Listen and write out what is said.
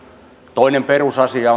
toinen perusasia